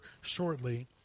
shortly